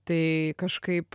tai kažkaip